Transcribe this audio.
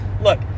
Look